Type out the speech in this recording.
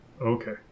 Okay